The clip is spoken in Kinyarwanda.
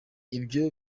ibyo